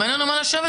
אין לנו מה לשבת.